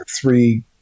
three